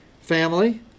family